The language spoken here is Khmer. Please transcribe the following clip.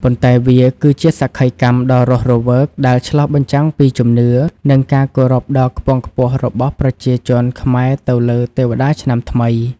ប៉ុន្តែវាគឺជាសក្ខីកម្មដ៏រស់រវើកដែលឆ្លុះបញ្ចាំងពីជំនឿ និងការគោរពដ៏ខ្ពង់ខ្ពស់របស់ប្រជាជនខ្មែរទៅលើទេវតាឆ្នាំថ្មី។